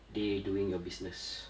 day doing your business